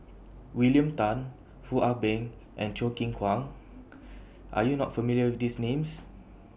William Tan Foo Ah Bee and Choo Keng Kwang Are YOU not familiar with These Names